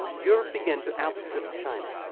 europe began to outstrip china,